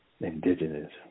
indigenous